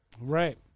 Right